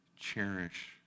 cherish